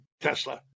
Tesla